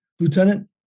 Lieutenant